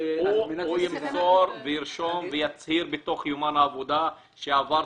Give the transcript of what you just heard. הוא ימסור וירשום ויצהיר בתוך יומן העבודה: "עברתי,